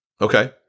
Okay